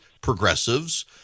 progressives